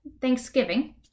Thanksgiving